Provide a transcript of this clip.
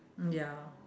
mm ya